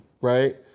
right